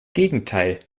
gegenteil